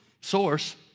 source